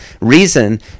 Reason